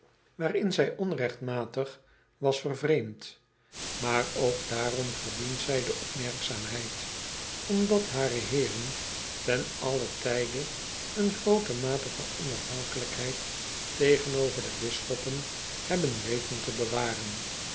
waarin zij onregtimatig was vervreemd maar ook daarom verdient zij de opmerkzaamheid omdat hare eeren ten allen tijde een groote mate van onafhankelijkheid tegenover de bisschoppen hebben weten te bewaren